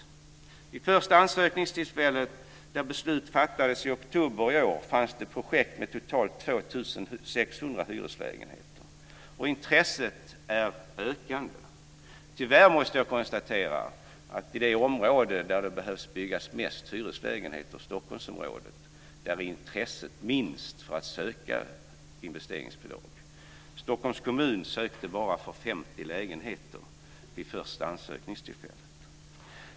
Vid det första ansökningstillfället, där beslut fattades i oktober i år, fanns det projekt med totalt 2 600 hyreslägenhet, och intresset är ökande. Tyvärr måste jag konstatera att i det område där det behöver byggas flest hyreslägenheter, nämligen Stockholmsområdet, var intresset minst för att söka investeringsbidrag. Stockholms kommun sökte för bara 50 lägenheter vid första ansökningstillfället.